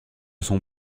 son